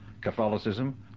Catholicism